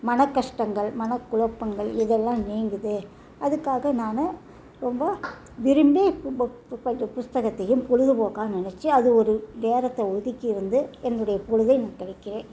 மனக் கஷ்டங்கள் மனக்குழப்பங்கள் இதெல்லாம் நீங்குது அதுக்காக நான் ரொம்ப விரும்பி புக் புஸ்கத்தையும் பொழுதுபோக்காக நெனைச்சி அது ஒரு நேரத்தை ஒதுக்கி வந்து என்னுடைய பொழுதை நான் கழிக்கிறேன்